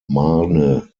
marne